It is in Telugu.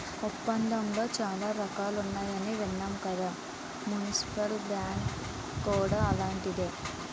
ఒప్పందాలలో చాలా రకాలున్నాయని విన్నాం కదా మున్సిపల్ బాండ్ కూడా అలాంటిదే